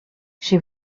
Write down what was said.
she